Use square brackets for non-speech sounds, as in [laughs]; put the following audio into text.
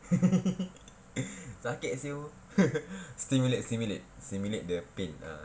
[laughs] sakit [siol] [laughs] simulate simulate simulate the pain ah